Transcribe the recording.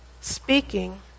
speaking